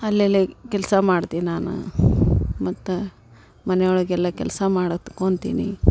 ಅಲ್ಲೆಲ್ಲ ಕೆಲಸ ಮಾಡ್ತೇನೆ ನಾನು ಮತ್ತು ಮನೆಯೊಳಗೆಲ್ಲ ಕೆಲಸ ಮಾಡ್ಕೊಂತೀನಿ